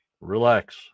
relax